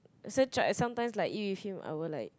same tried sometimes I eat with him I would like